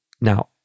Now